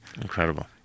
Incredible